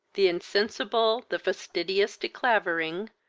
the insensible, the fastidious de clavering,